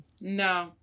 no